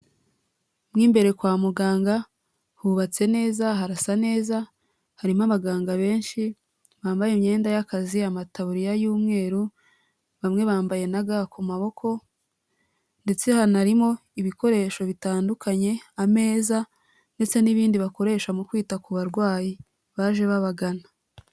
Mu imbere kwa muganga hubatse neza harasa neza, harimo abaganga benshi bambaye imyenda y'akazi, amataburiya y'umweru, bamwe bambaye n'aga ku maboko, ndetse hanarimo ibikoresho bitandukanye, ameza ndetse n'ibindi bakoresha mu kwita ku barwayi baje babagana.